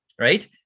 Right